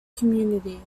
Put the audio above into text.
community